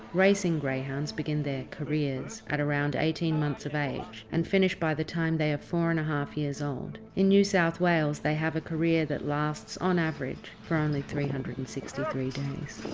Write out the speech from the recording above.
racing greyhounds begin their careers at around eighteen months of age, and finish by the time they are four and a half years old. in new south wales they have a career that lasts, on average, for only three hundred and sixty days.